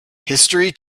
history